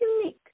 unique